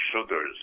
sugars